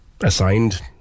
assigned